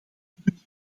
punt